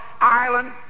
island